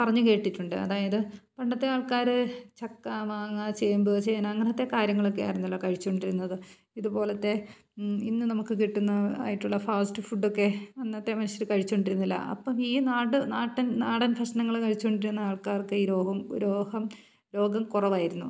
പറഞ്ഞു കേട്ടിട്ടുണ്ട് അതായത് പണ്ടത്തെ ആൾക്കാർ ചക്ക മാങ്ങ ചേമ്പ് ചേന അങ്ങനത്തെ കാര്യങ്ങളൊക്കെ ആയിരുന്നല്ലോ കഴിച്ചുകൊണ്ടിരുന്നത് ഇതുപോലത്തെ ഇന്ന് നമുക്ക് കിട്ടുന്നത് ആയിട്ടുള്ള ഫാസ്റ്റ് ഫുഡൊക്കെ അന്നത്തെ മനുഷ്യർ കഴിച്ചുകൊണ്ടിരുന്നില്ല അപ്പം ഈ നാട് നാടൻ നാടൻ ഭക്ഷണങ്ങൾ കഴിച്ചുകൊണ്ടിരുന്ന ആൾക്കാർക്ക് ഈ രോഗം രോഗം രോഗം കുറവായിരുന്നു